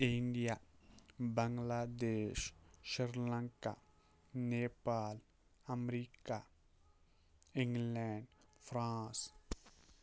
India Bangladesh Sri Lanka Nepal America England France